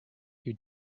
you